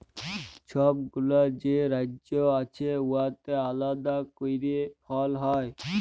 ছব গুলা যে রাজ্য আছে উয়াতে আলেদা ক্যইরে ফল হ্যয়